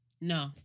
No